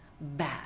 bad